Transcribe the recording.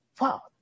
wow